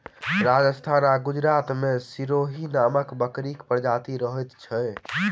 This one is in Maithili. राजस्थान आ गुजरात मे सिरोही नामक बकरीक प्रजाति रहैत अछि